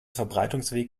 verbreitungsweg